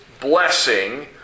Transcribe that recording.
blessing